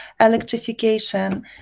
electrification